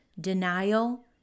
denial